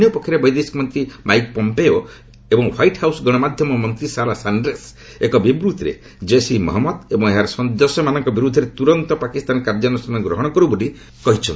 ଅନ୍ୟ ପକ୍ଷରେ ବୈଦେଶିକ ମନ୍ତ୍ରୀ ମାଇକ୍ ପମ୍ପିଓ ଏବଂ ହ୍ୱାଇଟ୍ ହାଉସ୍ ଗଣମାଧ୍ୟମ ମନ୍ତ୍ରୀ ଶାରା ସାଣ୍ଡ୍ରେସ୍ ଏକ ବିବୂତ୍ତିରେ ଜେସ୍ ଇ ମହମ୍ମଦ ଏବଂ ଏହାର ସଦସ୍ୟମାନଙ୍କ ବିରୁଦ୍ଧରେ ତୁରନ୍ତ ପାକିସ୍ତାନ କାର୍ଯ୍ୟାନୁଷ୍ଠାନ ଗ୍ରହଣ କରୁ ବୋଲି କହିଚ୍ଛନ୍ତି